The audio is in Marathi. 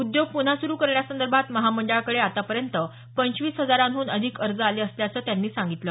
उद्योग पुन्हा सुरू करण्यासंदर्भात महामंडळाकडे आतापर्यंत पंचवीस हजारांहून अधिक अर्ज आले असल्याचं त्यांनी सांगितलं